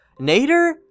Nader